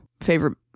favorite